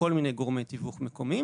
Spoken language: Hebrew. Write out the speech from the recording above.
לכל מיני גורמי תיווך מקומיים.